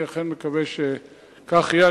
אני אכן מקווה שכך יהיה.